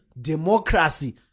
democracy